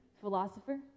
philosopher